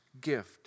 gift